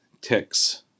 ticks